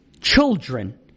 children